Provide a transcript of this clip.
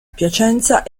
piacenza